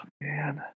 man